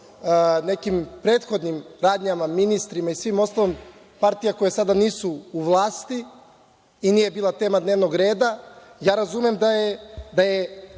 nekim prethodnim radnjama, ministrima i svim ostalim, partija koje sada nisu u vlasti i nije bila tema dnevnog reda, ja razumem da je